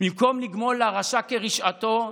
במקום לגמול לרשע כרשעתו,